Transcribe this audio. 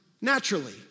naturally